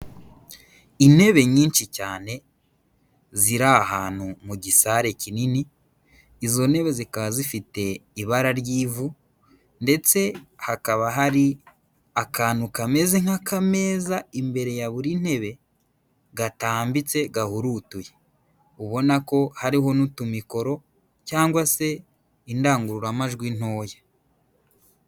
Intebe nyinshi cyane, ziri ahantu mu gisare kinini, izo ntebe zikaba zifite ibara ry'ivu, ndetse hakaba hari akantu kameze nk'akameza imbere ya buri ntebe, gatambitse, gahurutuye. Ubona ko hariho n'utumikoro, cyangwa se indangururamajwi ntoya.